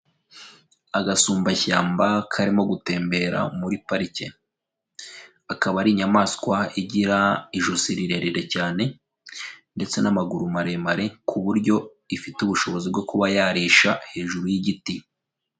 Agasumbashyamba karimo gutembera muri parike. Akaba ari inyamaswa igira ijosi rirerire cyane ndetse n'amaguru maremare, ku buryo ifite ubushobozi bwo kuba yarisha hejuru y'igiti.